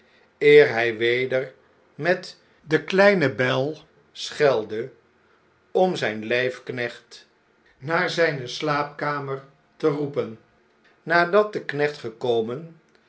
hjj weder met de kleine bel schelde om zijn lgfknecht naar zjjne slaapkamer te roepen nadat de knecht gekomen